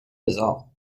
results